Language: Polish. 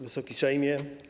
Wysoki Sejmie!